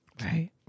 Right